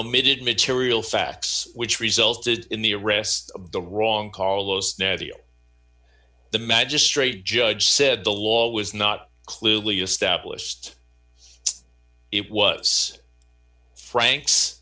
omitted material facts which resulted in the arrest of the wrong carlos now the the magistrate judge said the law was not clearly established it was frank